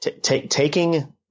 Taking